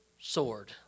sword